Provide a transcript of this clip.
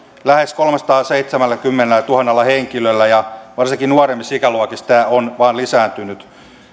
lähes kolmellasadallaseitsemälläkymmenellätuhannella henkilöllä ja varsinkin nuoremmissa ikäluokissa tämä on vain lisääntynyt